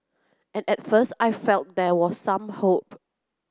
and at first I felt there was some hope